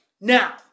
Now